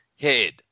head